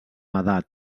edat